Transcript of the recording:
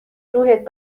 روحت